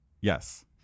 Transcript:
yes